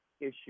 issue